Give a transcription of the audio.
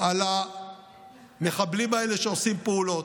על המחבלים האלה שעושים פעולות.